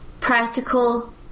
Practical